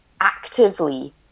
actively